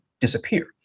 disappear